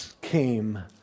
came